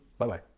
Bye-bye